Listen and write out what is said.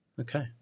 Okay